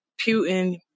Putin